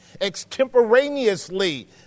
extemporaneously